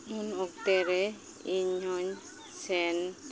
ᱩᱱ ᱚᱠᱛᱮᱨᱮ ᱤᱧᱦᱚᱸᱧ ᱥᱮᱱ